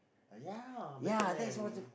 ya better man